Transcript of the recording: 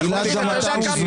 גלעד, די.